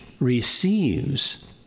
receives